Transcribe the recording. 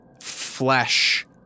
flesh